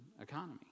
economy